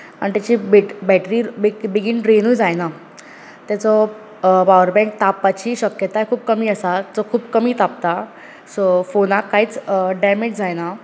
आनी ताची बॅटरी बेगीन ड्रेनूय जायना ताचो पावर बँक तापपाची शक्यताय खूब कमी आसा जो खूब कमी तापता सो फोनाक कांयच डेमेज जायना